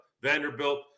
Vanderbilt